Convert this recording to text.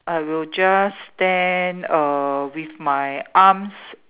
I will just stand err with my arms